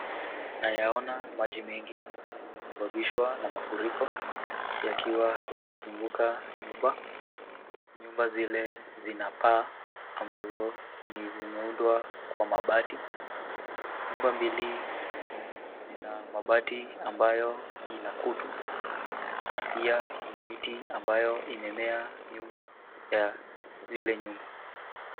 Nayaona maji mengi yaliyosabaabishwa na mafuriko yakiwa yamezunguka nyumba, nyumba zile zina paa ambazo zimeundwa kwa mabati, nyumba mbili zina mabati ambayo sina kutu na pia Kuna miti ambayo imemea nyuma za zile nyumba.